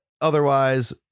otherwise